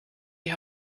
die